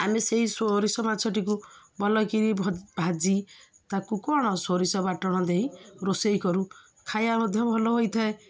ଆମେ ସେଇ ସୋରିଷ ମାଛଟିକୁ ଭଲ କିରି ଭାଜି ତାକୁ କ'ଣ ସୋରିଷ ବାଟଣ ଦେଇ ରୋଷେଇ କରୁ ଖାଇବା ମଧ୍ୟ ଭଲ ହୋଇଥାଏ